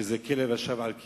שזה כלב ששב על קיאו,